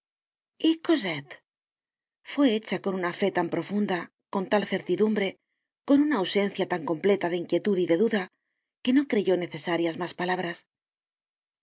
y cosette fue hecha con una fe tan profunda con tal certidumbre con una ausencia tan completa de inquietud y de duda que no creyó necesarias mas palabras